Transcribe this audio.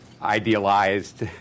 idealized